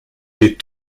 est